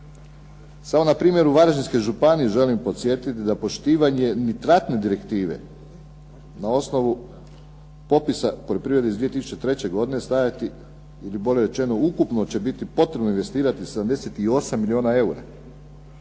Samo na primjer u Varaždinskoj županiji želim podsjetiti da poštivanje nitratne direktive na osnovu popisa poljoprivrede iz 2003. godine stajati ili bolje rečeno ukupno će biti potrebno investirati 78 milijuna eura.